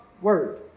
word